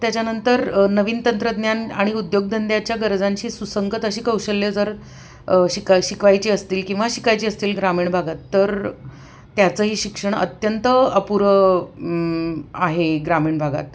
त्याच्यानंतर नवीन तंत्रज्ञान आणि उद्योगधंद्याच्या गरजांची सुसंगत अशी कौशल्य जर शिका शिकवायची असतील किंवा शिकायची असतील ग्रामीण भागात तर त्याचंही शिक्षण अत्यंत अपुरं आहे ग्रामीण भागात